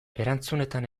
erantzunetan